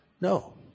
No